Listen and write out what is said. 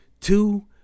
two